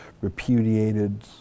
repudiated